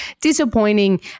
disappointing